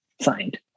signed